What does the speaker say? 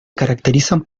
caracterizan